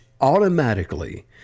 automatically